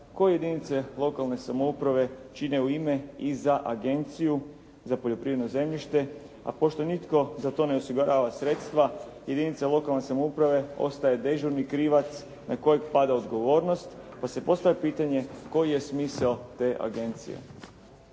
koji jedinice lokalne samouprave čine u ime i za agenciju za poljoprivredno zemljište, a pošto nitko za to ne osigurava sredstva, jedinice lokalne samouprave ostaje dežurni krivac na kojeg pada odgovornosti, pa se postavlja pitanje koji je smisao te agencije?